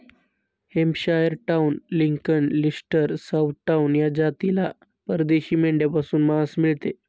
Hampshire town, Lincoln, Leicester, south town या जातीला परदेशी मेंढ्यांपासून मांस मिळते